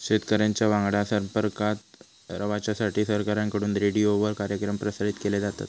शेतकऱ्यांच्या वांगडा संपर्कात रवाच्यासाठी सरकारकडून रेडीओवर कार्यक्रम प्रसारित केले जातत